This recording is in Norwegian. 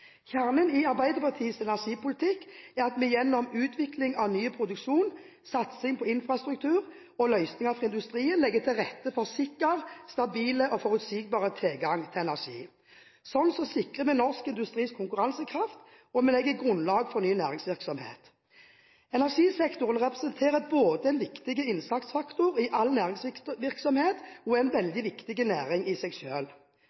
Kjernen i Arbeiderpartiets energipolitikk er at vi gjennom utvikling av ny produksjon, satsing på infrastruktur og løsninger for industrien legger til rette for sikker, stabil og forutsigbar tilgang til energi. Sånn sikrer vi norsk industris konkurransekraft og legger grunnlaget for ny næringsvirksomhet. Energisektoren representerer både en viktig innsatsfaktor i all næringsvirksomhet og en